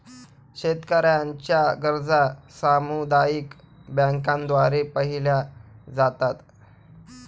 शेतकऱ्यांच्या गरजा सामुदायिक बँकांद्वारे पाहिल्या जातात